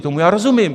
Tomu já rozumím.